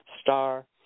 star